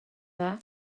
dda